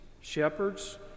shepherds